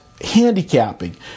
handicapping